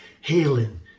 healing